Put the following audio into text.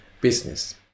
business